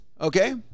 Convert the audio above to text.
okay